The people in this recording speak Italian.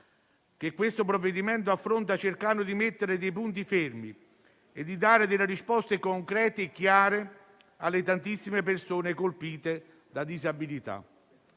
che il provvedimento in esame affronta cercando di mettere dei punti fermi e di dare risposte concrete e chiare alle tantissime persone colpite da disabilità.